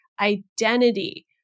identity